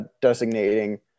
designating